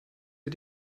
wir